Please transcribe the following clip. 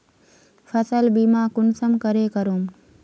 फसल बीमा कुंसम करे करूम?